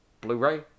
Blu-ray